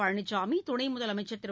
பழனிசாமி துணை முதலமைச்சர் திரு